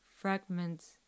fragments